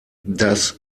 das